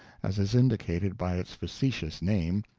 as is indicated by its facetious name,